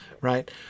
right